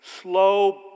slow